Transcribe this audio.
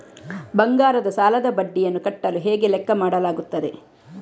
ಬಂಗಾರದ ಸಾಲದ ಬಡ್ಡಿಯನ್ನು ಕಟ್ಟಲು ಹೇಗೆ ಲೆಕ್ಕ ಮಾಡಲಾಗುತ್ತದೆ?